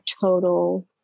total